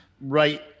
right